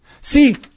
See